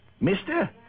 Mister